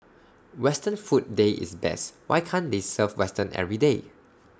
western food day is best why can't they serve western everyday